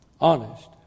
Honest